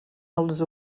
als